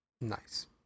Nice